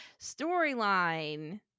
Storyline